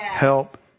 help